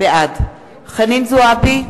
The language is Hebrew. בעד חנין זועבי,